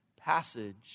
passage